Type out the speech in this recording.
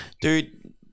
dude